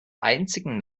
einzigen